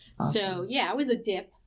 so yeah, it was a dip.